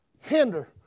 hinder